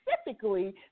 specifically